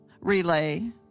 relay